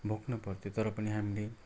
भोग्न पर्थ्यो तर पनि हामीले